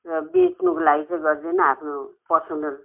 र बेच्नुकोलागि चाहिँ गर्दिनँ आफ्नो पर्सनल